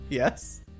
yes